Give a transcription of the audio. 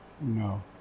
No